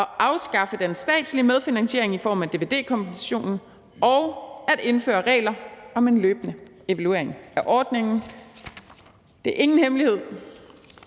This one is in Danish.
at afskaffe den statslige medfinansiering i form af dvd-kompensationen og at indføre regler om en løbende evaluering af ordningen. Det er ingen hemmelighed,